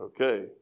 Okay